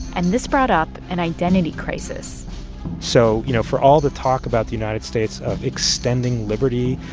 and this brought up an identity crisis so, you know, for all the talk about the united states of extending liberty,